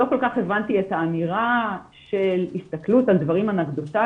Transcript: לא כל כך הבנתי את האמירה של הסתכלות על דברים אנקדוטליים.